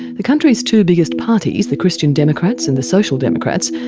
the country's two biggest parties, the christian democrats and the social democrats,